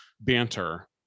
banter